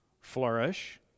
flourish